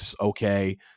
okay